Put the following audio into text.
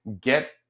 get